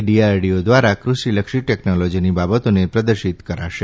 DRDO દ્વારા કૃષિ લક્ષી ટેકનોલોજીની બાબતોને પ્રદર્શીત કરાશે